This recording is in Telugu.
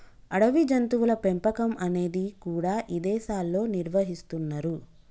అడవి జంతువుల పెంపకం అనేది కూడా ఇదేశాల్లో నిర్వహిస్తున్నరు